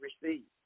received